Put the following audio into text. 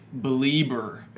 Belieber